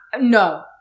no